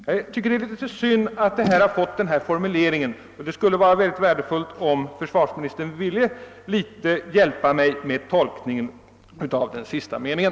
Jag tycker det är synd att den sista meningen i svaret fått denna formulering, och det skulle vara värdefullt om försvarsministern ville hjälpa mig med tolkningen av den.